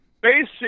basic